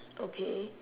okay